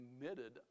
committed